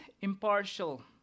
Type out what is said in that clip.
impartial